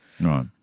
Right